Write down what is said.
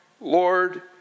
Lord